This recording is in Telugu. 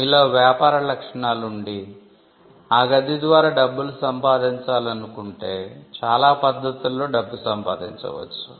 మీలో వ్యాపార లక్షణాలుండి ఆ గది ద్వారా డబ్బులు సంపాదించాలనుకుంటే చాల పద్ధతులలో డబ్బు సంపాదించ వచ్చు